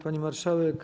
Pani Marszałek!